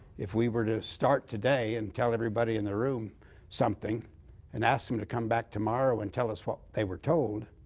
if we were to start today and tell everybody in the room something and ask them to come back tomorrow and tell us what they were told,